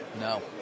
No